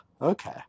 Okay